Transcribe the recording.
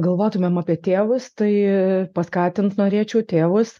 galvotumėm apie tėvus tai paskatint norėčiau tėvus